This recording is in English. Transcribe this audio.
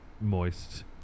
moist